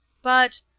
but.